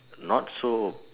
not so